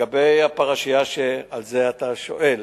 לגבי הפרשייה שעליה אתה שואל,